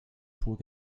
trug